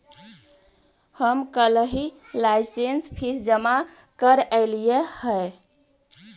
हम कलहही license fee जमा करयलियइ हे